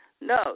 No